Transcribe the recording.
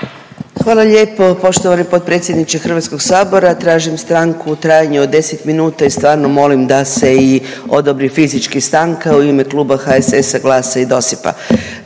Hvala lijepo poštovani potpredsjedniče Hrvatskog sabora. Tražim stanku u trajanju od 10 minuta i stvarno molim da se i odobri fizički stanka u ime Kluba HSS-a, GLAS-a i DOSIP-a.